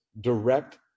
direct